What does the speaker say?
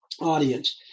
audience